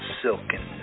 silken